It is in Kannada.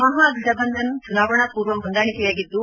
ಮಹಾಘಟಬಂಧನ ಚುನಾವಣಾ ಪೂರ್ವ ಹೊಂದಾಣಿಕೆಯಾಗಿದ್ದು